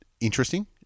interesting